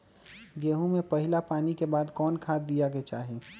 गेंहू में पहिला पानी के बाद कौन खाद दिया के चाही?